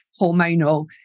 hormonal